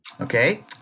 Okay